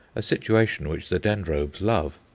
a situation which the dendrobes love.